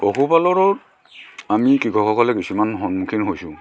পশু পালনৰ আমি কৃসকসকলে কিছুমান সন্মুখীন হৈছোঁ